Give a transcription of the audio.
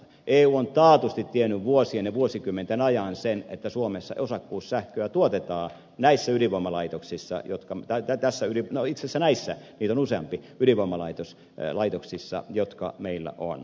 eu on taatusti tiennyt vuosien ja vuosikymmenten ajan sen että suomessa osakkuussähköä tuotetaan näissä ydinvoimalaitoksissa jotka täyttää tässä jo itse sanaissä vilusen ydinvoimalaitos vaikeuksissa jotka meillä on